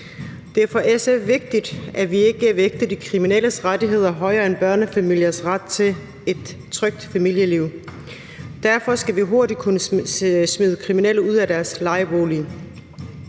Det er for SF vigtigt, at vi ikke vægter de kriminelles rettigheder højere end børnefamiliers ret til et trygt familieliv. Derfor skal vi hurtigt kunne smide kriminelle ud af deres lejebolig,